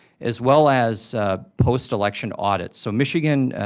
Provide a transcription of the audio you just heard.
as well as postelection audits. so, michigan,